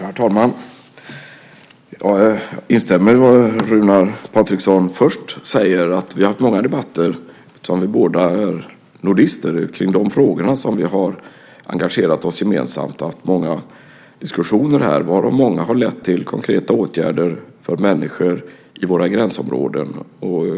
Herr talman! Jag instämmer i det Runar Patriksson först säger - eftersom vi båda är nordister har vi haft många debatter i de frågor där vi har engagerat oss gemensamt. Vi har haft många diskussioner varav många har lett till konkreta åtgärder för människor i våra gränsområden.